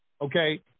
Okay